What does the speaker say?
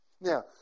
Now